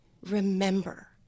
remember